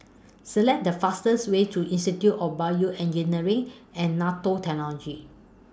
Select The fastest Way to Institute of Bioengineering and Nanotechnology